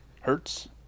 Hertz